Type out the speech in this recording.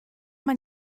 man